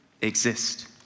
exist